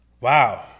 Wow